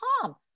calm